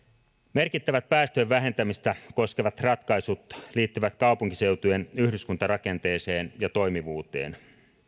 merkittävät päästöjen vähentämistä koskevat ratkaisut liittyvät kaupunkiseutujen yhdyskuntarakenteeseen ja toimivuuteen